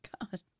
God